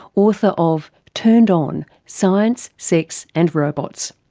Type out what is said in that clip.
author of turned on science, sex and robots.